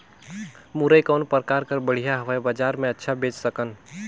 मुरई कौन प्रकार कर बढ़िया हवय? बजार मे अच्छा बेच सकन